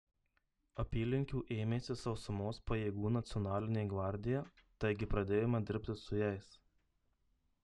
apylinkių ėmėsi sausumos pajėgų nacionalinė gvardija taigi pradėjome dirbti su jais